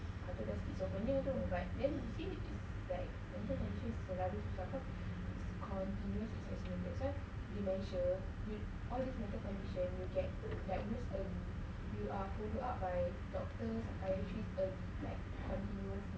under the sovereignty you don't like it seems like she's continues dementia with all these mental condition you get like this you are who you are by doctors are usually like you know